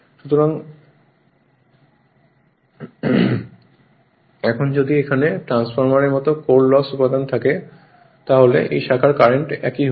সুতরাং এখন যদি এখানে ট্রান্সফরমারের মত কোর লস উপাদান থাকত তাহলে এই শাখার কারেন্ট একই হত